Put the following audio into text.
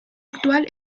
actual